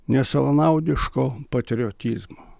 nesavanaudiško patriotizmo